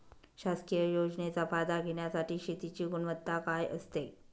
शासकीय योजनेचा फायदा घेण्यासाठी शेतीची गुणवत्ता काय असते?